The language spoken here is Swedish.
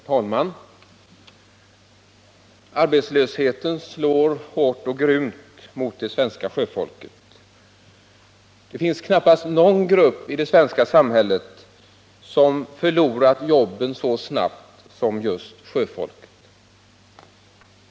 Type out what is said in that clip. Herr talman! Arbetslösheten slår hårt och grymt mot det svenska sjöfolket. Det finns knappast någon grupp i det svenska samhället som har förlorat jobben så snabbt som just sjöfolket.